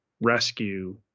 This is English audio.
rescue